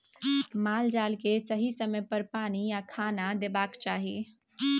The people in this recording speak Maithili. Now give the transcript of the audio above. माल जाल केँ सही समय पर पानि आ खाना देबाक चाही